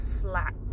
flat